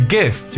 Give